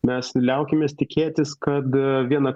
mes liaukimės tikėtis kad vienąkart susireguliavę